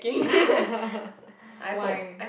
why